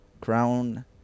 Crown